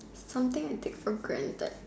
something I take for granted